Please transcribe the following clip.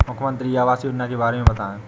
मुख्यमंत्री आवास योजना के बारे में बताए?